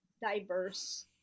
diverse